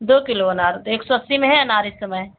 दो किलो अनार एक सौ अस्सी में है अनार इस समय